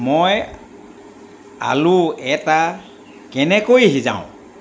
মই আলু এটা কেনেকৈ সিজাওঁ